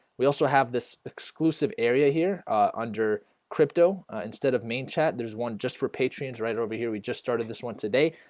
we also have this exclusive area here under crypto instead of main chat. there's one just for patrons right over here we just started this one today,